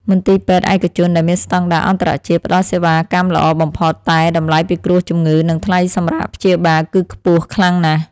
មន្ទីរពេទ្យឯកជនដែលមានស្តង់ដារអន្តរជាតិផ្ដល់សេវាកម្មល្អបំផុតតែតម្លៃពិគ្រោះជំងឺនិងថ្លៃសម្រាកព្យាបាលគឺខ្ពស់ខ្លាំងណាស់។